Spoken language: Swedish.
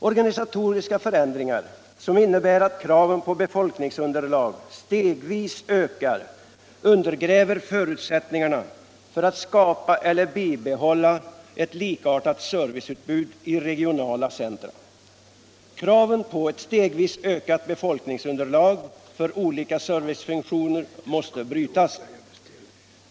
Organisatoriska förändringar, som innebär att kraven på befolkningsunderlag stegvis ökar, undergräver förutsättningarna för att skapa eller bibehålla ett likartat serviceutbud i regionala centra. Kraven på ett stegvis ökat befolkningsunderlag för olika servicefunktioner måste brytas.